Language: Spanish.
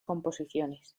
composiciones